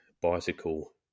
bicycle